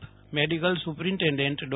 chief medical superintendent D